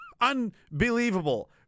unbelievable